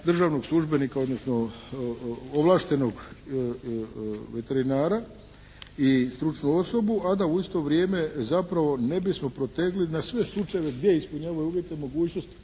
državnog službenika, odnosno ovlaštenog veterinara i stručnu osobu a da u isto vrijeme ne bismo protegli na sve slučajeve gdje ispunjavaju uvjete i mogućnost,